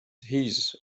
his